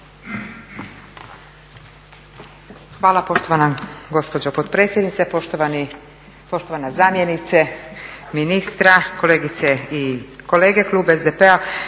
Hvala poštovana gospođo potpredsjednice, poštovana zamjenice ministra, kolegice i kolege. Klub SDP-a